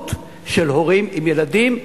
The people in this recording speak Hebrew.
איכות של הורים עם ילדים,